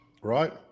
Right